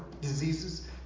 diseases